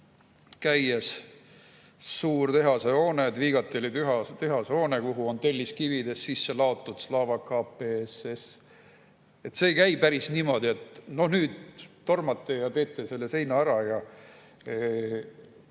suur tehasehoone, Dvigateli tehasehoone, kuhu on telliskividest sisse laotud "Slava KPSS!". See ei käi päris niimoodi, et nüüd tormate ja teete selle seina ära.